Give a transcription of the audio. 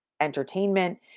entertainment